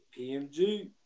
PMG